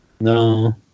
No